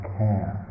care